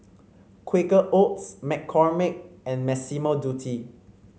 Quaker Oats McCormick and Massimo Dutti